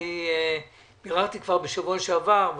ביררתי כבר בשבוע שעבר,